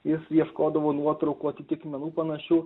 jis ieškodavo nuotraukų atitikmenų panašių